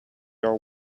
are